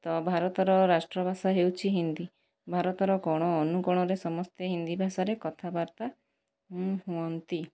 ତ ଭାରତର ରାଷ୍ଟ୍ର ଭାଷା ହେଉଛି ହିନ୍ଦୀ ଭାରତର କୋଣ ଅନୁକୋଣରେ ସମସ୍ତେ ହିନ୍ଦୀ ଭାଷାରେ କଥାବାର୍ତ୍ତା ହୁଅନ୍ତି